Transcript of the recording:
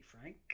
frank